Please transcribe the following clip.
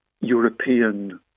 European